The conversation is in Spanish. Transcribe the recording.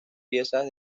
piezas